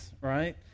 right